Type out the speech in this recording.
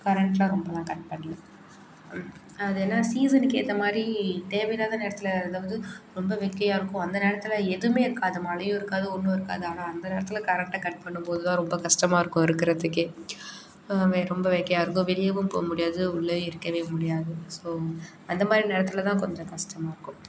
கரண்ட்டுலாம் ரொம்பலாம் கட் பண்ணல அது என்ன சீசனுக்கு ஏற்ற மாதிரி தேவை இல்லாத நேரத்தில் அதாவது ரொம்ப வெக்கையாக இருக்கும் அந்த நேரத்தில் எதுவும் இருக்காது மழையும் இருக்காது ஒன்றும் இருக்காது ஆனால் அந்த நேரத்தில் கரண்ட்டை கட் பண்ணும்போது தான் ரொம்ப கஷ்டமாக இருக்கும் இருக்கிறத்துக்கே ரொம்ப வெக்கையாக இருக்கும் வெளியேவும் போக முடியாது உள்ளேயும் இருக்க முடியாது ஸோ அந்த மாதிரி நேரத்தில் தான் கொஞ்சம் கஷ்டமாக இருக்கும்